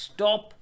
Stop